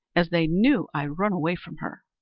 as they knew i'd run away from her.